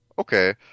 Okay